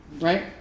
right